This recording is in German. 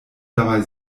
dabei